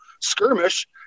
skirmish